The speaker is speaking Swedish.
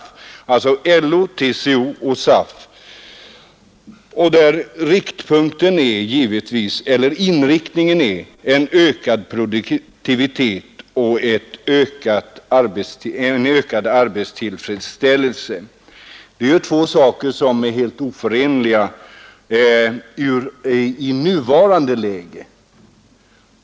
Det är alltså LO, TCO och SAF som samarbetar där, och inriktningen är en ökad produktivitet och en ökad arbetstillfredsställelse. Det är ju två saker som är helt oförenliga i nuvarande läge.